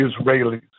Israelis